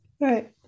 right